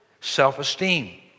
self-esteem